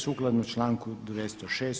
Sukladno članku 206.